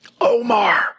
Omar